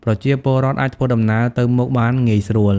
ប្រជាពលរដ្ឋអាចធ្វើដំណើរទៅមកបានងាយស្រួល។